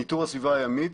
ניטור הסביבה הימית,